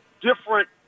different